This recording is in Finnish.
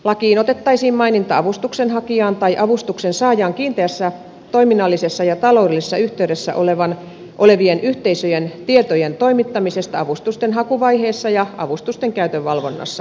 lakiin otettaisiin maininta avustuksenhakijan tai avustuksensaajan kiinteässä toiminnallisessa ja taloudellisessa yhteydessä olevien yhteisöjen tietojen toimittamisesta avustusten hakuvaiheessa ja avustusten käytön valvonnassa